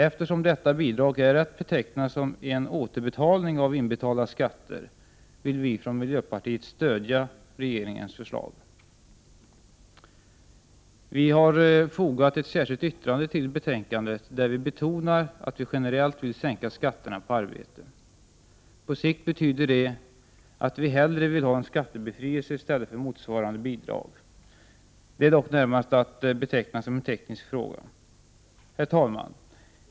Eftersom detta bidrag är att beteckna som en återbetalning av inbetalda skatter, vill vi från miljöpartiet stödja regeringens förslag. Vi har fogat ett särskilt yttrande till betänkandet, där vi betonar att vi generellt vill sänka skatterna på arbete. På sikt betyder det att vi hellre vill ha en skattebefrielse i stället för motsvarande bidrag. Det är dock närmast en teknisk fråga. Herr talman!